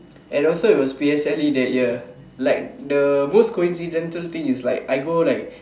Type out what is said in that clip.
and also it was P_S_L_E that year like the most coincidental things is that I go like